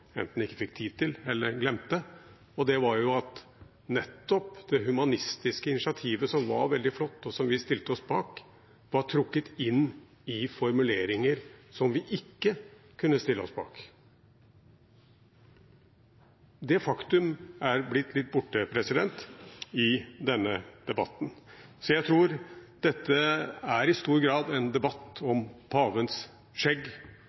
enten ikke fikk tid til eller glemte. Det var jo at nettopp det humanistiske initiativet – som var veldig flott, og som vi stilte oss bak – var trukket inn i formuleringer som vi ikke kunne stille oss bak. Det faktumet er blitt litt borte i denne debatten. Jeg tror dette i stor grad er en debatt om pavens skjegg.